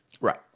Right